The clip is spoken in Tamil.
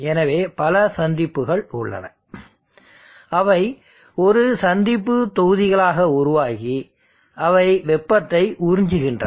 எனவே பல சந்திப்புகள் உள்ளன அவை ஒரு சந்திப்பு தொகுதிகளாக உருவாகி அவை வெப்பத்தை உறிஞ்சுகின்றன